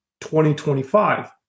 2025